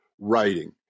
writing